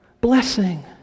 Blessing